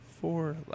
Four